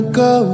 go